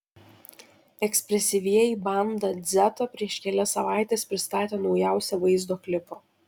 ekspresyvieji banda dzeta prieš kelias savaites pristatė naujausią vaizdo klipą